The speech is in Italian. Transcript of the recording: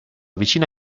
vicina